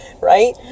Right